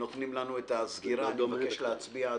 נותנים לנו את הסגירה המתבקשת להצביע.